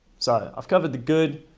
so i've covered the good,